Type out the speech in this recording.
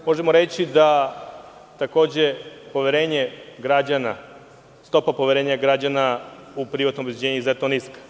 Možemo reći da je poverenje građana, stopa poverenja građana u privatno obezbeđenje izuzetno niska.